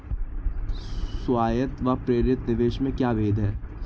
स्वायत्त व प्रेरित निवेश में क्या भेद है?